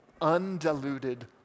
undiluted